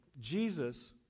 Jesus